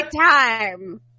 time